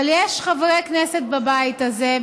אבל יש חברי כנסת בבית הזה,